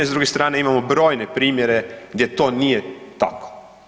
S druge strane imamo brojne primjere gdje to nije tako.